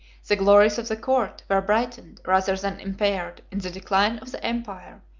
the glories of the court were brightened, rather than impaired, in the decline of the empire,